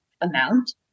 amount